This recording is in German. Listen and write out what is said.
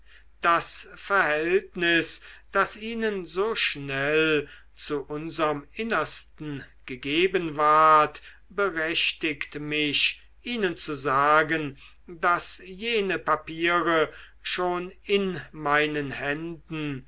das verhältnis das ihnen so schnell zu unserm innersten gegeben ward berechtigt mich ihnen zu sagen daß jene papiere schon in meinen händen